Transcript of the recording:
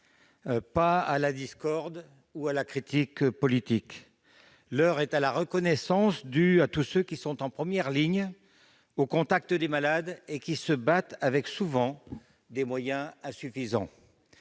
non à la discorde ou à la critique politique. L'heure est à la reconnaissance envers tous ceux qui sont en première ligne, au contact des malades, et qui se battent souvent avec des moyens insuffisants,